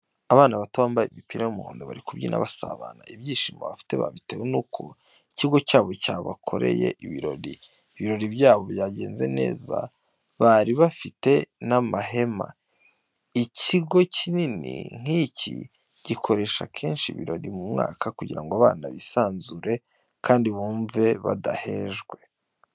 Abana bato bambaye imipira y'umuhondo bari kubyina basabana, ibyishimo bafite babitewe n'uko ikigo cyabo cyabakoreye ibirori. Ibirori byabo byagenze neza bari bafite n'amahema. Ikigo kinini nk'iki gikoresha kenshi ibirori mu mwaka kugira ngo abana bisanzure kandi bumve badahejwe.